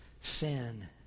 sin